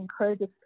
encourages